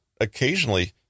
occasionally